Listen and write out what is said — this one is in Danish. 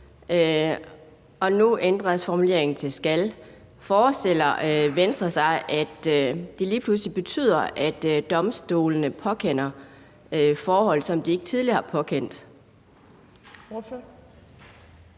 nu ændres formuleringen til »skal«. Forestiller Venstre sig, at det lige pludselig betyder, at domstolene påkender forhold, som de ikke tidligere har påkendt?